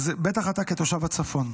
בטח אתה כתושב הצפון.